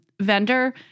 vendor